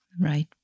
Right